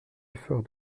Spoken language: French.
effort